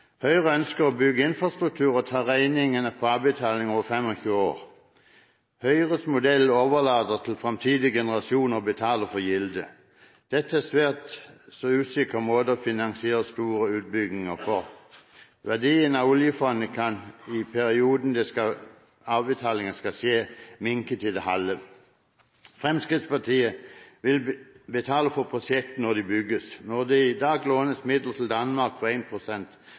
Høyre ønsker å bygge infrastruktur og ta regningene på avbetaling over 25 år. Høyres modell overlater til fremtidige generasjoner å betale for gildet. Dette er en svært så usikker måte å finansiere store utbygginger på. Verdien av oljefondet kan i perioden avbetalingene skal skje, minke til det halve. Fremskrittspartiet vil betale for prosjektene når de bygges. Når det i dag lånes midler til Danmark